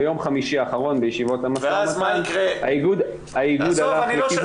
ביום חמישי האחרון בישיבות המשא ומתן האיגוד היה בכיוון